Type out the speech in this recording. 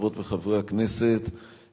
חברות וחברי הכנסת,